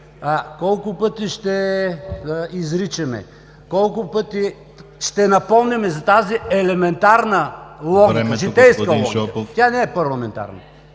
колко пъти ще изричаме, колко пъти ще напомняме за тази елементарна логика, житейска логика. (Шум и реплики.)